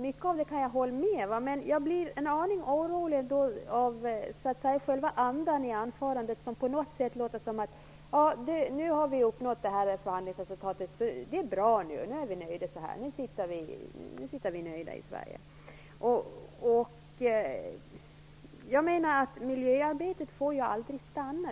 Mycket av det kan jag hålla med om. Men jag blir en aning orolig av själva andan i anförandet. Det låter på något sätt som: Ja, nu har vi uppnått det här förhandlingsresultatet. Det är bra. Nu sitter vi nöjda i Sverige. Jag menar att miljöarbetet aldrig får stanna.